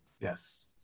yes